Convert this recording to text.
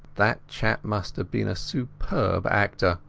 that chap must have been a superb actor.